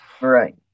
Right